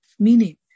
Meaning